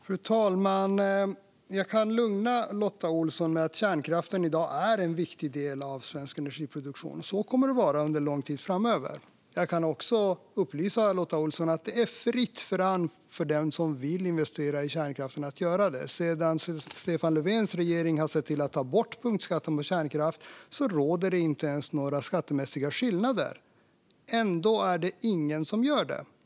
Fru talman! Jag kan lugna Lotta Olsson med att kärnkraften i dag är en viktig del av svensk energiproduktion. Så kommer det att vara under en lång tid framöver. Jag kan också upplysa Lotta Olsson om att det är fritt fram för den som vill investera i kärnkraften att göra det. Sedan Stefan Löfvens regering såg till att ta bort punktskatten för kärnkraft råder inte ens några skattemässiga skillnader. Ändå är det ingen som gör det.